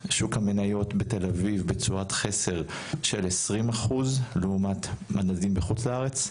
שוק המניות בתל אביב בתשואת חסר של 20% לעומת מדדים בחוץ לארץ,